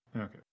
okay